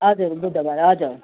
हजुर बुधवार हजुर